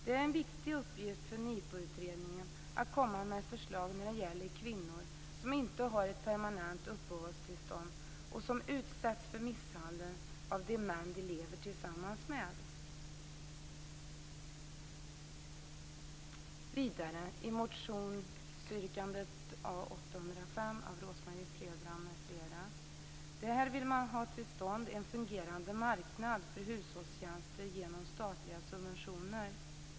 Det är en viktig uppgift för NIPU-utredningen att komma med förslag när det gäller kvinnor som inte har permanent uppehållstillstånd och som utsätts för misshandel av de män de lever tillsammans med. Vidare är det motion A805 av Rose-Marie Frebran m.fl. Man vill få till stånd en fungerande marknad för hushållstjänster genom statliga subventioner.